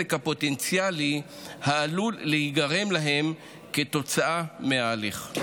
הנזק הפוטנציאלי העלול להיגרם להם כתוצאה מההליך.